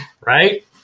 Right